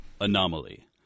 Anomaly